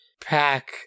pack